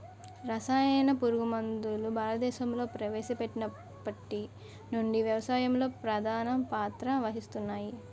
రసాయన పురుగుమందులు భారతదేశంలో ప్రవేశపెట్టినప్పటి నుండి వ్యవసాయంలో ప్రధాన పాత్ర వహిస్తున్నాయి